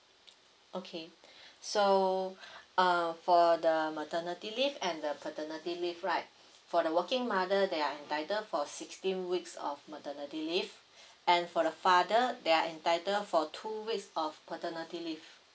okay so err for the maternity leave and the paternity leave right for the working mother they are entitled for sixteen weeks of maternity leave and for the father they're entitle for two weeks of paternity leave